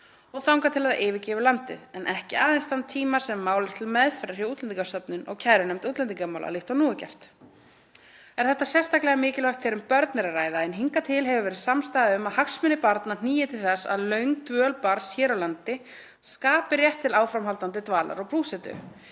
og þangað til það yfirgefur landið, en ekki aðeins þann tíma sem mál er til meðferðar hjá Útlendingastofnun og kærunefnd útlendingamála líkt og nú er gert. Er þetta sérstaklega mikilvægt þegar um börn er að ræða en hingað til hefur verið samstaða um að hagsmunir barna hnígi til þess að löng dvöl barns hér á landi skapi rétt til áframhaldandi dvalar og búsetu,